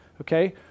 okay